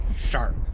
Sharp